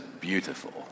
beautiful